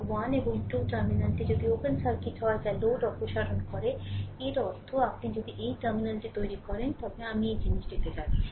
1 এবং 2 টার্মিনালটি যদি ওপেন সার্কিট হয় যা লোড অপসারণ করে এর অর্থ আপনি যদি এই টার্মিনালটি তৈরি করেন তবে আমি এই জিনিসটিতে যাচ্ছি